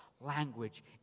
language